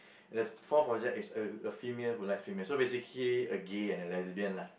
and the fourth object is a female who like female so basically a gay and a lesbian lah